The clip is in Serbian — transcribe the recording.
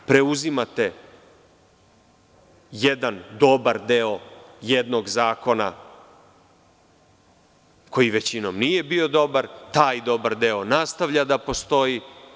Preuzimate jedan dobar deo jednog zakona koji većinom nije bio dobar, taj dobar deo nastavlja da postoji.